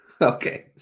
Okay